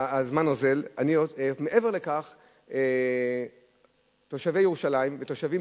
והזמן אוזל: מעבר לכך תושבי ירושלים ותושבים